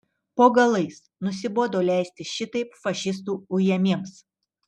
po galais nusibodo leistis šitaip fašistų ujamiems